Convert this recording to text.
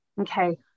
Okay